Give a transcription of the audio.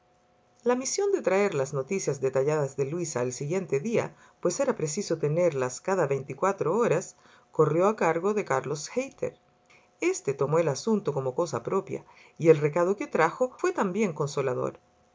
la misión de traer las noticias detalladas de luisa al siguiente día pues era preciso tenerlas cada veinticuatro horas corrió a cargo de carlos hayter este tomó el asunto como cosa propia y el recado que trajo fué también consolador